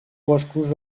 boscos